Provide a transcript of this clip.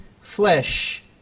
flesh